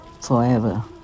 forever